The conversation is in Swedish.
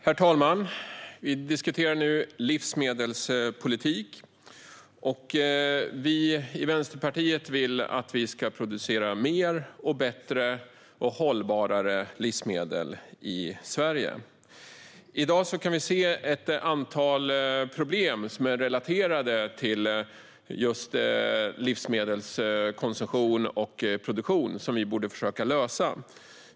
Herr talman! Vi diskuterar nu livsmedelspolitik. Vi i Vänsterpartiet vill att vi ska producera mer, bättre och hållbarare livsmedel i Sverige. I dag kan vi se ett antal problem som är relaterade till just konsumtion och produktion av livsmedel, som vi borde försöka lösa.